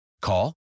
Call